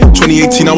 2018